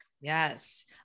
Yes